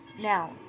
now